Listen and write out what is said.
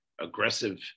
aggressive